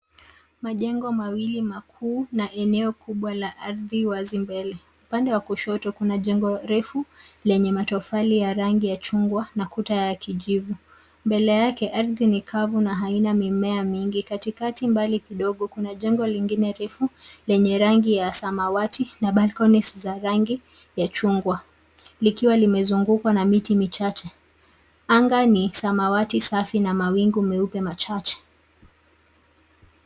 Majengo mawili makuu, na eneo kubwa la ardhi wazi mbele. Upande wa kushoto, kuna jengo refu lenye matofali ya rangi ya chungwa na kuta ya kijivu. Mbele yake, ardhi ni kavu na haina mimea mingi. Katikati mbali kidogo kuna jengo lingine refu lenye rangi ya samawati na balconies za rangi ya chungwa ,likiwa limezungukwa na miti michache. Anga ni samawati safi na mawingu meupe machache.